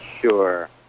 Sure